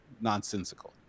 nonsensical